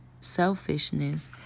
selfishness